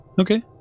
Okay